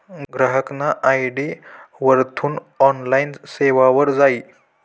ग्राहकना आय.डी वरथून ऑनलाईन सेवावर जाय